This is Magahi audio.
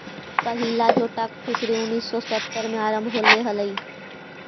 पहिला जोटाक फिशरी उन्नीस सौ सत्तर में आरंभ होले हलइ